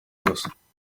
gusa